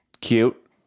cute